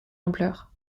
ampleur